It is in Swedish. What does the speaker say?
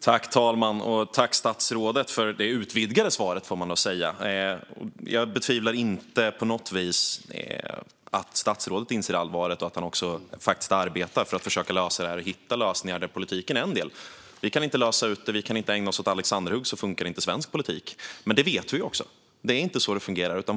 Fru talman! Jag tackar statsrådet för det utvidgade svaret. Jag betvivlar inte på något vis att statsrådet inser allvaret och att han arbetar för att hitta lösningar där politiken är en del. Vi kan inte lösa detta, och vi kan inte ägna oss åt alexanderhugg. Så funkar det inte i svensk politik. Men vi vet detta. Det är inte så det fungerar.